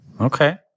Okay